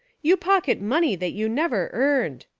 you pocket money that you never earned.